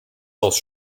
auch